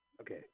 Okay